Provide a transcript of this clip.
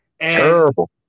Terrible